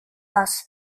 was